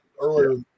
earlier